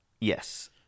Yes